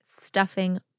stuffing